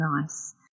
nice